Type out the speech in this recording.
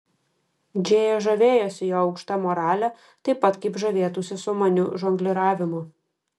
džėja žavėjosi jo aukšta morale taip pat kaip žavėtųsi sumaniu žongliravimu